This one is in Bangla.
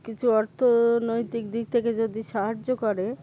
কিছু অর্থনৈতিক দিক থেকে যদি সাহায্য করে